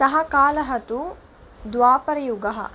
सः कालः तु द्वापरयुगः